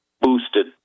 boosted